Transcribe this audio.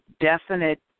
definite